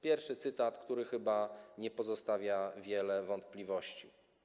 Pierwszy cytat, który chyba nie pozostawia wiele wątpliwości.